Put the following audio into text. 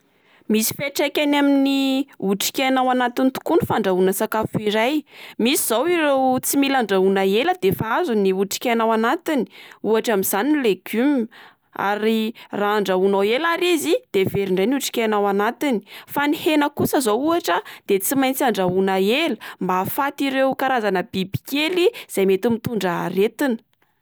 Misy fiatraikany amin'ny otrikaina ao anatiny tokoa ny fandrahoana sakafo iray. Misy izao ireo tsy mila andrahoana ela de efa azo ny otrikaina ao anatiny, ohatra amin'izany ny legume, ary raha andrahoanao ela ary izy de very ndray ny otrikaina ao anatiny. Fa ny hena kosa zao ohatra a de tsy maintsy andrahoana ela mba ahafaty ireo karazana bibikely izay mety mitondra aretina.